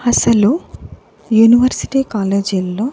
అసలు యూనివర్సిటీ కాలేజీల్లో